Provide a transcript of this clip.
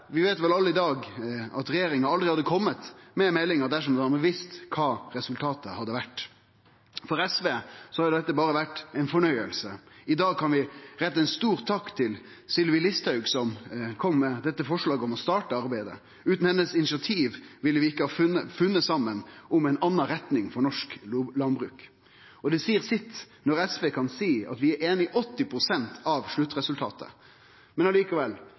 Vi veit vel alle i dag at regjeringa aldri hadde kome med meldinga dersom dei hadde visst kva resultatet hadde blitt. For SV har dette vore berre ein fornøyelse. I dag kan vi rette ei stor takk til Sylvi Listhaug som kom med forslaget om å starte dette arbeidet. Utan hennar initiativ ville vi ikkje ha funne saman om ei anna retning for norsk landbruk – og det seier sitt når SV kan seie at vi er einige i 80 pst. av sluttresultatet. Likevel